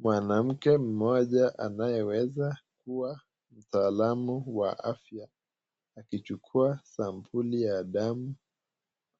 Mwanamke moja anayeweza kuwa mtaalamu wa afya akichukua sampuli ya damu